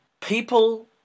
people